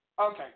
Okay